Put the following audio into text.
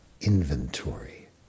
inventory